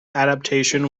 adaptation